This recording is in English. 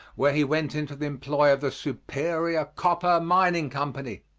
where he went into the employ of the superior copper mining company,